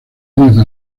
misma